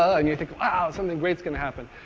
ah and you think, wow! something great's gonna happen.